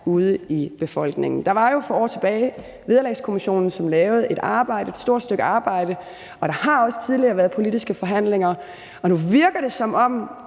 ude i befolkningen. Der var jo for år tilbage Vederlagskommissionen, som lavede et arbejde, et stort stykke arbejde, og der har også tidligere været politiske forhandlinger, og nu virker det, som om